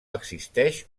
existeix